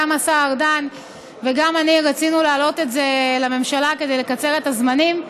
גם השר ארדן וגם אני רצינו להעלות את זה לממשלה כדי לקצר את הזמנים,